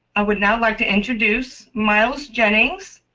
i would now like to introduce miles jennings,